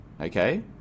Okay